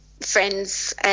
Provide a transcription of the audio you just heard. friend's